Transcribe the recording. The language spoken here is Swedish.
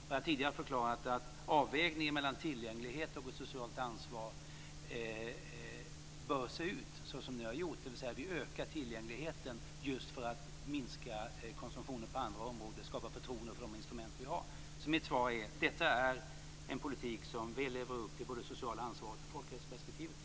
Jag har tidigare förklarat att avvägningen mellan tillgänglighet och socialt ansvar bör se ut som den har gjort. Vi ökar tillgängligheten just för att minska konsumtionen på andra områden och skapa förtroende för de instrument vi har. Mitt svar är att detta är en politik som väl lever upp både till det sociala ansvaret och till folkhälsoperspektivet.